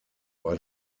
war